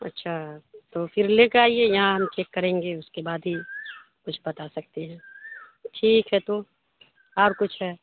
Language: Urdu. اچھا تو پھر لے کے آئیے یہاں ہم چیک کریں گے اس کے بعد ہی کچھ بتا سکتے ہیں ٹھیک ہے تو اور کچھ ہے